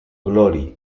glory